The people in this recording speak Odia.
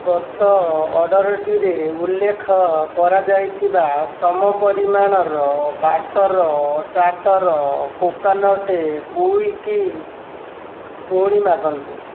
ଗତ ଅର୍ଡ଼ର୍ଟିରେ ଉଲ୍ଲେଖ କରାଯାଇଥିବା ସମ ପରିମାଣର ବାଟ୍ଟର ଚାଟ୍ଟର କୋକୋନଟ୍ କୁକିଜ୍ ପୁଣି ମାଗନ୍ତୁ